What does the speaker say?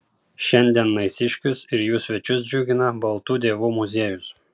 šiandien naisiškius ir jų svečius džiugina baltų dievų muziejus